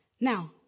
Now